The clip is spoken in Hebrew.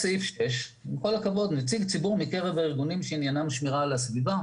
בסעיף 6 כתוב: נציג ציבור מקרב הארגונים שעניינם שמירה על הסביבה.